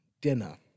dinner